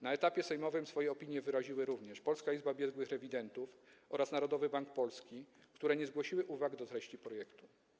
Na etapie sejmowym swoje opinie wyraziły również: Polska Izba Biegłych Rewidentów oraz Narodowy Bank Polski, które nie zgłosiły uwag do treści projektu.